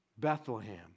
Bethlehem